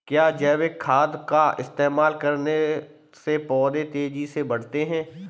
क्या जैविक खाद का इस्तेमाल करने से पौधे तेजी से बढ़ते हैं?